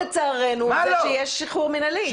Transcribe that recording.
החוק לצערנו זה שיש שחרור מנהלי.